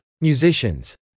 musicians